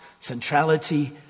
centrality